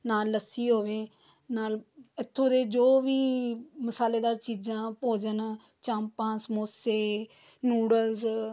ਨਾਲ ਲੱਸੀ ਹੋਵੇ ਨਾਲ ਇੱਥੋਂ ਦੇ ਜੋ ਵੀ ਮਸਾਲੇਦਾਰ ਚੀਜ਼ਾਂ ਭੋਜਨ ਚਾਂਪਾ ਸਮੋਸੇ ਨੂਡਲਸ